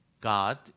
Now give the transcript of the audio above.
God